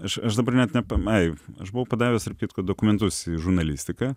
aš aš dabar net nepam ai aš buvau padavęs tarp kitko dokumentus į žurnalistiką